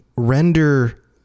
Render